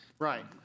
Right